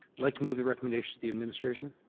like to move the recommendation to the administration.